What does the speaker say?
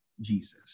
Jesus